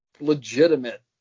legitimate